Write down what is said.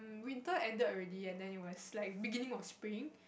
we thought either already yet like the beginning of spring